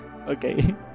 Okay